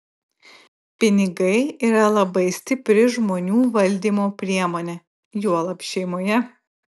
pinigai yra labai stipri žmonių valdymo priemonė juolab šeimoje